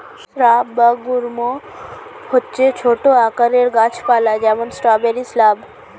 shrub বা গুল্ম হচ্ছে ছোট আকারের গাছ পালা, যেমন স্ট্রবেরি শ্রাব